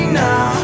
now